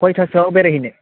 कयतासोआव बेरायहैनो